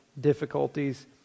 difficulties